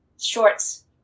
shorts